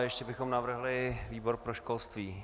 Ještě bychom navrhli výbor pro školství.